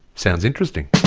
sounds interesting.